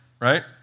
right